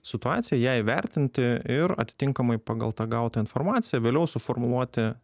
situaciją ją įvertinti ir atitinkamai pagal tą gautą informaciją vėliau suformuluoti